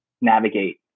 navigate